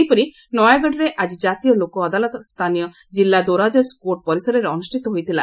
ସେହିପରି ନୟାଗଡ଼ରେ ଆକି କାତୀୟ ଲୋକ ଅଦାଲତ ସ୍ରାନୀୟ ଜିଲ୍ଲା ଦୌରା ଜଜ୍ କୋର୍ଟ୍ ପରିସରରେ ଅନୁଷ୍ଠିତ ହୋଇଥିଲା